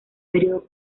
periodo